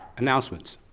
announcements?